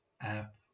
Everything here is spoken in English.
app